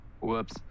whoops